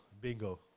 Bingo